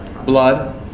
Blood